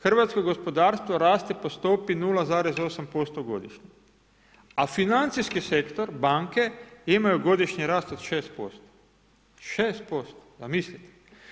Hrvatsko gospodarstvo raste po stopi 0,8% godišnje, a financijski sektor, banke imaju godišnji rast od 6%, 6% zamislite.